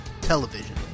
Television